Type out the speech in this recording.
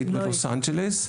היית בלוס אנג'לס,